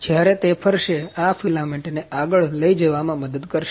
જયારે તે ફરશે આ ફિલામેન્ટને આગળ લઇ જવામાં મદદ કરશે